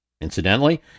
Incidentally